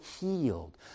healed